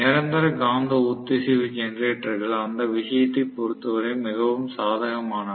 நிரந்தர காந்த ஒத்திசைவு ஜெனரேட்டர்கள் அந்த விஷயத்தை பொறுத்தவரை மிகவும் சாதகமானவை